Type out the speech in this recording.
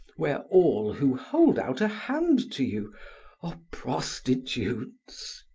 where all who hold out a hand to you are prostitutes!